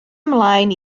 ymlaen